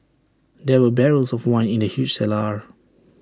there were barrels of wine in the huge cellar